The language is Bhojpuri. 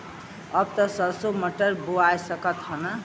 अब त सरसो मटर बोआय सकत ह न?